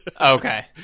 Okay